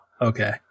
okay